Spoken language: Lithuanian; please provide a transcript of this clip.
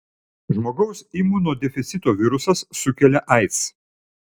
žmogaus imunodeficito virusas sukelia aids